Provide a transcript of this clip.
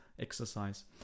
Exercise